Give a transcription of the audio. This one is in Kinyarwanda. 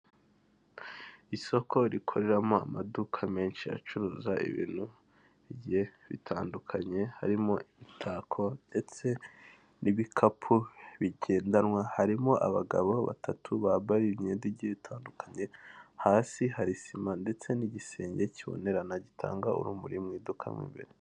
Isoko rikoreramo amaduka menshi acuruza ibintu bitandukanye harimo: imitako ndetse n'ibikapu bigendanwa, harimo abagabo batatu bambaye imyenda igiye itandukanye, hasi hari sima ndetse n'igisenge kibonerana gitanga urumuri mu iduka mo imbere.